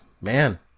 Man